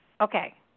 Okay